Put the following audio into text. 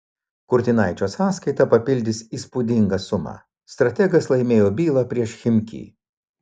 kurtinaičio sąskaitą papildys įspūdinga suma strategas laimėjo bylą prieš chimki